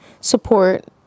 support